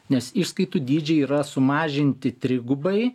nes išskaitų dydžiai yra sumažinti trigubai